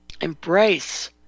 embrace